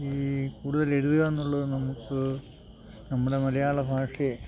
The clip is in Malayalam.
ഈ കൂടുതലെഴുതുക എന്നുള്ളത് നമുക്ക് നമ്മുടെ മലയാള ഭാഷയെ